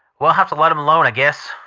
we'll have to let them alone, i guess.